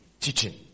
teaching